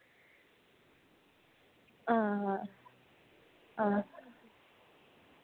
हां हां